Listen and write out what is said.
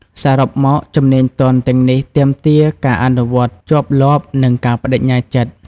សរុបមក ជំនាញទន់ទាំងនេះទាមទារការអនុវត្តជាប់លាប់និងការប្តេជ្ញាចិត្ត។